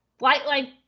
Flightline